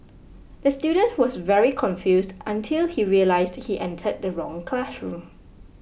the student was very confused until he realised he entered the wrong classroom